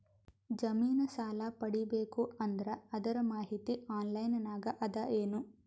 ಜಮಿನ ಸಾಲಾ ಪಡಿಬೇಕು ಅಂದ್ರ ಅದರ ಮಾಹಿತಿ ಆನ್ಲೈನ್ ನಾಗ ಅದ ಏನು?